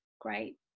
great